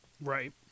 Right